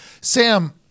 Sam